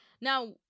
Now